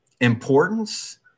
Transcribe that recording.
importance